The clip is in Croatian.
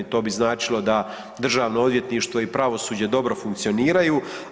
To bi značilo da Državno odvjetništvo i pravosuđe dobro funkcioniraju.